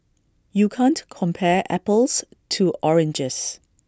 you can't compare apples to oranges